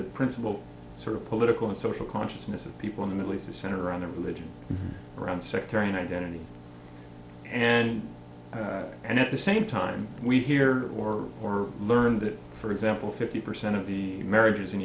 the principle sort of political and social consciousness of people in the middle east the center on the religious grounds sectarian identity and and at the same time we hear or or learned that for example fifty percent of the marriages in